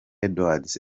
edwards